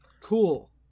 Cool